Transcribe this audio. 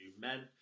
men